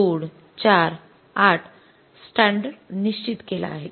२ ४ ८ standard निश्चित केला आहे